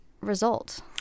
result